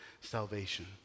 salvation